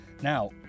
Now